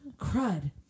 crud